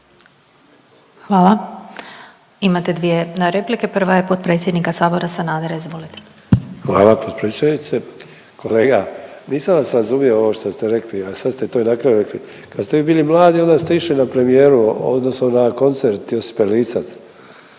Hvala. Imate dvije replika, prva je potpredsjednika Sanadera, izvolite. **Sanader, Ante (HDZ)** Hvala potpredsjednice. Kolega, nisam vas razumio ovo što ste rekli, a sad ste to i na kraju rekli, kad ste vi bili mladi, onda ste išli na premijeru, odnosno na koncert Josipe Lisac?